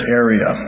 area